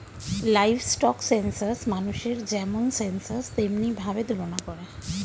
livestock census মানুষের যেমন census তেমনি ভাবে তুলনা করে